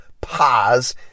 pause